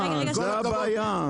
זה היה ממזמן.